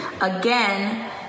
again